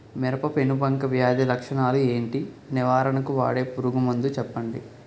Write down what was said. మిరప పెనుబంక వ్యాధి లక్షణాలు ఏంటి? నివారణకు వాడే పురుగు మందు చెప్పండీ?